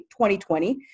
2020